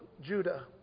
Judah